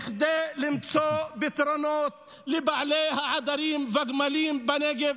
כדי למצוא פתרונות לבעלי העדרים והגמלים בנגב,